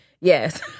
yes